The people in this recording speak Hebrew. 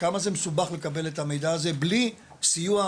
כמה זה מסובך לקבל את המידע הזה בלי סיוע,